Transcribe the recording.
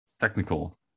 Technical